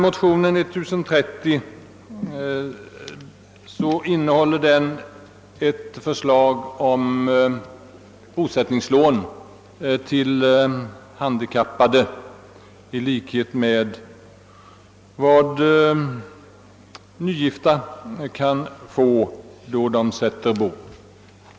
Motionen II: 1030 innehåller ett förslag om bosättningslån till handikap Jade motsvarande det som nygifta kan få då de sätter bo.